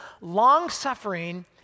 long-suffering